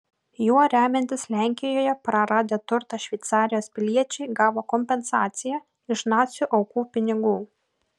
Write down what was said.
juo remiantis lenkijoje praradę turtą šveicarijos piliečiai gavo kompensaciją iš nacių aukų pinigų